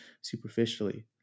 superficially